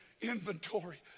inventory